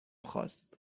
خاست